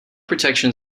protection